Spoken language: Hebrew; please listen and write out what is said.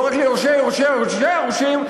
לא רק ליורשי יורשי יורשי היורשים,